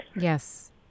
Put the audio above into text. Yes